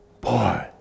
Boy